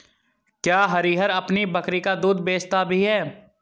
क्या हरिहर अपनी बकरी का दूध बेचता भी है?